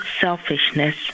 selfishness